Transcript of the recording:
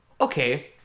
okay